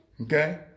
Okay